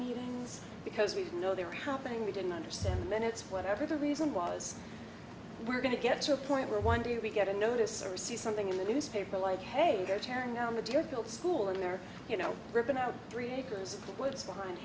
evenings because we didn't know they were happening we didn't understand the minutes whatever the reason was we're going to get to a point where one day we get a notice or see something in the newspaper like hey go tearing down the deerfield school in there you know ripping out three acres of woods behind